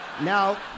Now